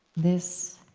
this